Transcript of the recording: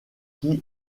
qui